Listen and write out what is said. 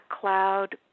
cloud